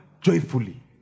joyfully